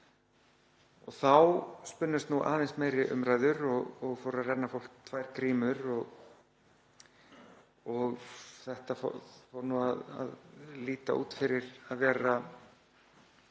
Þá spunnust aðeins meiri umræður og fóru að renna á fólk tvær grímur og þetta fór að líta út fyrir að vera